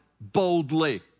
boldly